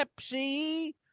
Pepsi